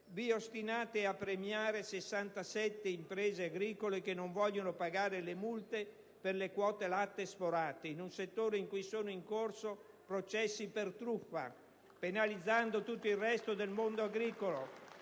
Vi ostinate a premiare 67 imprese agricole che non vogliono pagare le multe per le quote latte sforate, in un settore in cui sono in corso processi per truffa, penalizzando tutto il resto del mondo agricolo